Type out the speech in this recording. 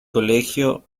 colegio